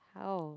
how